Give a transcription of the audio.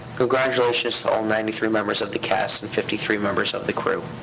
congratulations to all ninety three members of the cast and fifty three members of the crew.